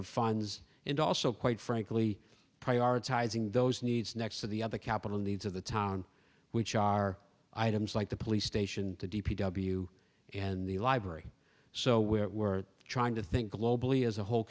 of fines and also quite frankly prioritizing those needs next to the other capital needs of the town which are items like the police station the d p w and the library so we're we're trying to think globally as a whole